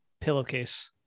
Pillowcase